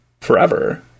forever